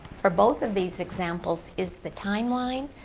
for both of these examples, it's the timeline,